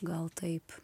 gal taip